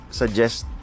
suggest